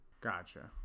Gotcha